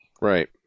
Right